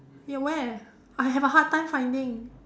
ya where I have a hard time finding